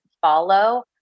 follow